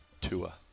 Tua